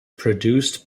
produced